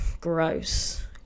gross